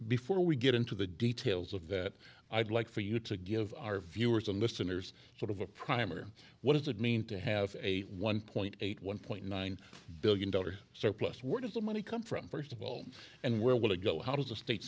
before we get into the details of that i'd like for you to give our viewers and listeners sort of a primer what does it mean to have a one point eight one point nine billion dollars surplus where does the money come from first of all and where will it go how does the state